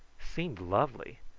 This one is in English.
seemed lovely.